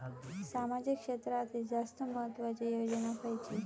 सामाजिक क्षेत्रांतील जास्त महत्त्वाची योजना खयची?